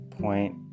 point